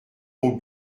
aux